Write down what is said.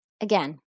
Again